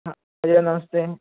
हरिः ओं नमस्ते